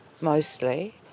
mostly